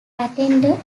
attended